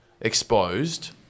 exposed